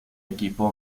equipo